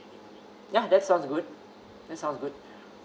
ya that sounds good that sounds good